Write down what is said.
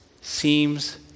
seems